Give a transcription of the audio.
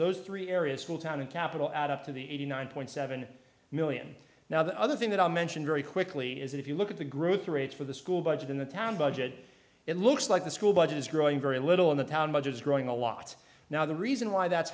those three areas will town and capital add up to the eighty nine point seven million now the other thing that i mentioned very quickly is if you look at the group rates for the school budget in the town budget it looks like the school budget is growing very little in the town budget is growing a lot now the reason why that